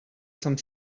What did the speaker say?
some